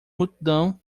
multidão